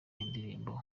indirimbo